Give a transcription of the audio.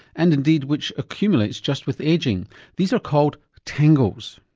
and indeed which accumulates just with ageing these are called tangles.